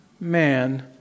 man